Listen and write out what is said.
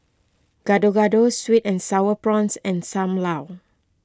Gado Gado Sweet and Sour Prawns and Sam Lau